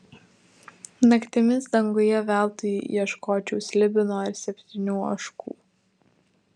naktimis danguje veltui ieškočiau slibino ar septynių ožkų